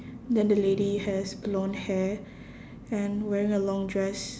then the lady has blonde hair and wearing a long dress